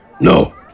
No